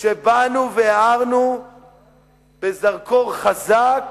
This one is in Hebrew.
שבאנו והארנו בזרקור חזק